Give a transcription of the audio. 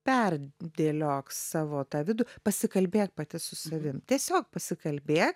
perdėliok savo tą vidų pasikalbėk pati su savim tiesiog pasikalbėk